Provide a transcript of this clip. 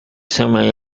semi